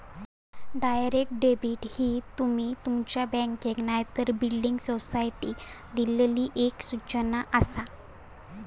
direct debit ही तुमी तुमच्या बँकेक नायतर बिल्डिंग सोसायटीक दिल्लली एक सूचना आसा